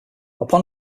upon